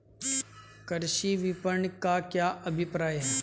कृषि विपणन का क्या अभिप्राय है?